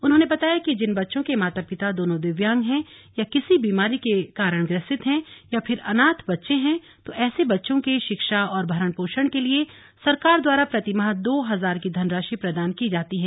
उन्होंने बताया कि जिन बच्चों के माता पिता दोनो दिव्यांग है या किसी बीमारी के कारण ग्रसित है या फिर अनाथ बच्चे हैं तो ऐसे बच्चों के शिक्षा और भरण पोषण के लिए सरकार द्वारा प्रतिमाह दो हजार की धनराशि प्रदान की जाती है